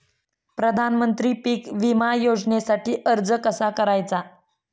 प्रधानमंत्री पीक विमा योजनेसाठी अर्ज कसा करायचा?